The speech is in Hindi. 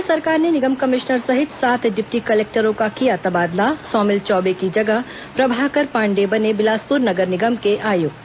राज्य सरकार ने निगम कमिश्नर सहित सात डिप्टी कलेक्टरों का किया तबादला सौमिल चौबे की जगह प्रभाकर पांडेय बने बिलासपुर नगर निगम के आयुक्त